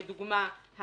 לדוגמה,